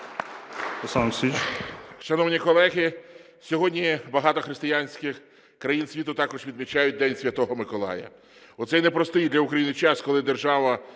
Шановні колеги, сьогодні багато християнських країн світу також відмічають День Святого Миколая. У цей непростий для України час, коли держава